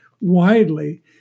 widely